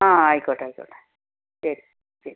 ആ ആയിക്കോട്ടെ ആയിക്കോട്ടെ ശരി ശരി